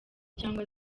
cyangwa